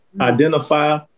identify